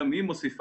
גם היא מוסיפה